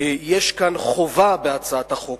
יש כאן חובה בהצעת החוק,